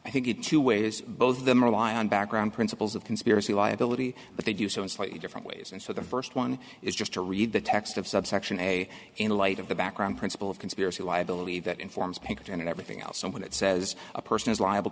i think it two ways both of them rely on background principles of conspiracy liability but they do so in slightly different ways and so the first one is just to read the text of subsection a in light of the background principle of conspiracy liability that informs picked on everything else someone it says a person is liable